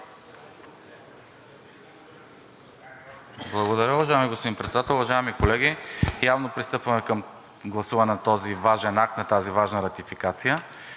Благодаря. Уважаеми господин Председател, уважаеми колеги! Явно пристъпваме към гласуване на този важен акт, на тази важна ратификация